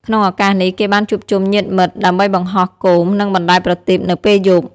ក្នុងឱកាសនេះ គេបានជួបជុំញាតិមិត្តដើម្បីបង្ហោះគោម និងបណ្ដែតប្រទីបនៅពេលយប់។